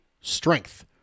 strength